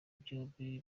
byombi